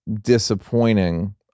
disappointing